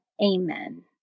Amen